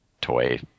Toy